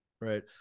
right